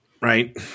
right